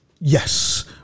Yes